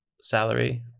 salary